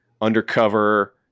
undercover